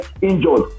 injured